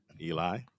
Eli